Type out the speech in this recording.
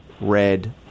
red